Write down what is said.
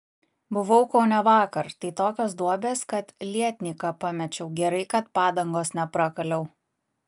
buvau kaune vakar tai tokios duobės kad lietnyką pamečiau gerai kad padangos neprakaliau